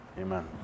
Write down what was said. amen